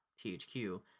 THQ